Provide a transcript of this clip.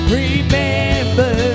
remember